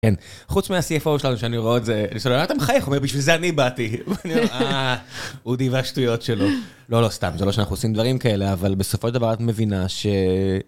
כן, חוץ מה-CFO שלנו שאני רואה את זה, אני אומר, אתה מחייך, בשביל זה אני באתי, ואני אומר, אה, הוא דיבר שטויות שלו. לא, לא, סתם, זה לא שאנחנו עושים דברים כאלה, אבל בסופו של דבר את מבינה ש...